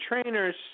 trainers